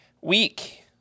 week